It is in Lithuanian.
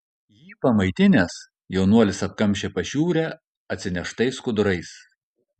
jį pamaitinęs jaunuolis apkamšė pašiūrę atsineštais skudurais